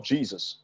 Jesus